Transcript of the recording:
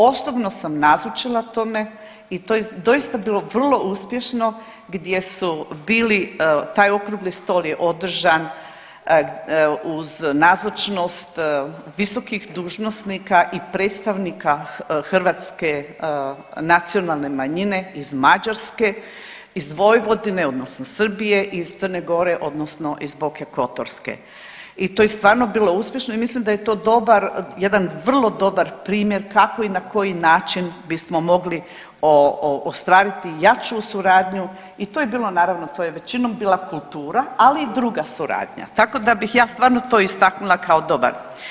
Osobno sam nazočila tome i to je doista bilo vrlo uspješno gdje su bili, taj Okrugli stol je održan uz nazočnost visokih dužnosnika i predstavnika Hrvatske nacionalne manjine iz Mađarske, iz Vojvodine odnosno Srbije i iz Crne Gore odnosno iz Boke Kotorske i to je stvarno bilo uspješno i mislim da je to dobar, jedan vrlo dobar primjer kako i na koji način bismo mogli ostvariti jaču suradnju i to je bilo naravno, to je većinom bila kultura, ali i druga suradnja, tako da bih ja stvarno to istaknula kao dobar.